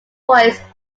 voice